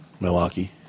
Milwaukee